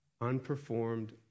Unperformed